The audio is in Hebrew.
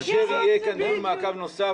כאשר יהיה פה דיון מעקב נוסף,